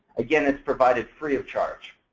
again, it's provided free of charge.